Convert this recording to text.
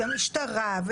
משטרה,